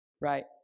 right